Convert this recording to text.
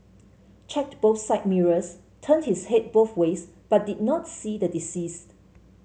checked both side mirrors turned his head both ways but did not see the deceased